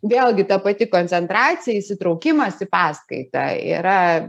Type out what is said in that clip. vėlgi ta pati koncentracija įsitraukimas į paskaitą yra